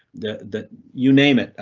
the that you name it,